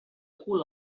cul